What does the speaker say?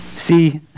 See